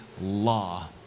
law